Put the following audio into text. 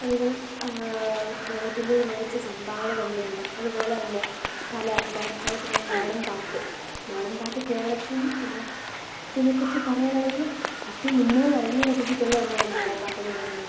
മണികൾ കേരളത്തിൻ്റെയൊരു മികച്ച സംഭാവന തന്നെയാണ് അതുപോലെത്തന്നെ കല കലാടിസ്ഥാനത്തിൽ നാടൻപാട്ട് നാടൻപാട്ട് കേരളത്തിൻ കേരളത്തിനെക്കുറിച്ച് പറയാനാണെങ്കിൽ ഏറ്റവും ഉന്നത തലങ്ങളിൽ എത്തിച്ചിട്ടുള്ള ഒന്നാണ് നാടൻപാട്ട് എന്ന് പറഞ്ഞ് കഴിഞ്ഞാൽ